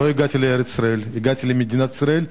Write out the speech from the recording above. לא הגעתי לארץ-ישראל, הגעתי למדינת ישראל.